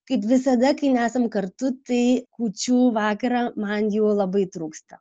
kaip visada kai nesam kartu tai kūčių vakarą man jų labai trūksta